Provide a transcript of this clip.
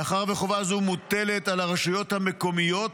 מאחר שחובה זו מוטלת על הרשויות המקומיות